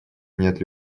нет